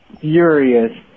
furious